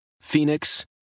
Phoenix